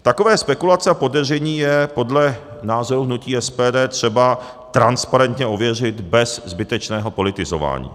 Takové spekulace a podezření je podle názoru hnutí SPD třeba transparentně ověřit bez zbytečného politizování.